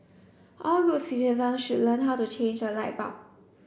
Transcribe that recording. all good citizens should learn how to change a light bulb